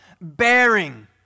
bearing